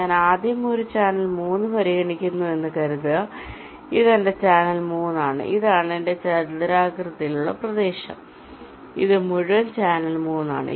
ഞാൻ ആദ്യം ഒരു ചാനൽ 3 പരിഗണിക്കുമെന്ന് കരുതുക ഇത് എന്റെ ചാനൽ 3 ആണ് ഇതാണ് എന്റെ ചതുരാകൃതിയിലുള്ള പ്രദേശം ഇത് മുഴുവൻ ചാനൽ 3 ആണ്